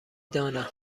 دانم